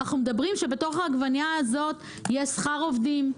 אנחנו מדברים על זה שבתוך העגבנייה הזאת יש שכר עובדים,